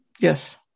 Yes